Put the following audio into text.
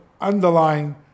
underlying